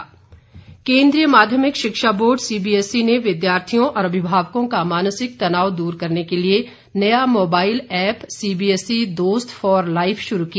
CBSE केंद्रीय माध्यमिक शिक्षा बोर्ड सीबीएसई ने विद्यार्थियों और अभिभावकों का मानसिक तनाव दूर करने के लिए नया मोबाइल ऐप सीबीएसई दोस्त फॉर लाइफ शुरू किया